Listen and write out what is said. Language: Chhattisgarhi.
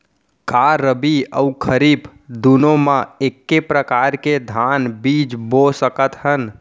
का रबि अऊ खरीफ दूनो मा एक्के प्रकार के धान बीजा बो सकत हन?